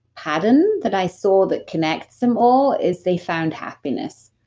pattern that i saw that connects them all is they found happiness